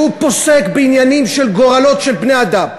שהוא פוסק בעניינים של גורלות של בני-אדם,